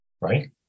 right